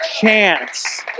chance